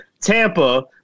Tampa